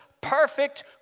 perfect